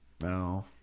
No